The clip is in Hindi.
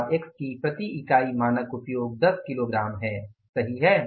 उत्पाद x की प्रति इकाई मानक उपयोग 10 किलोग्राम है सही है